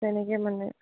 তেনেকে মানে